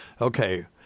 Okay